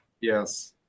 Yes